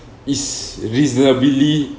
is reasonably